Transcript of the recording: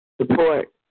support